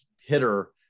hitter